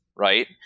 right